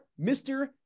Mr